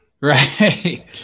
Right